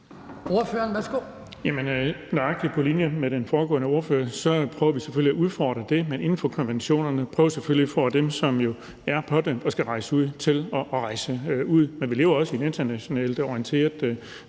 nøjagtig på linje med den foregående ordfører prøver vi selvfølgelig at udfordre det, men inden for konventionerne, og prøver selvfølgelig at få dem, som er på det og skal rejse ud, til at rejse ud. Men vi lever også i et internationalt orienteret